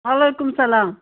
وعلیکُم سلام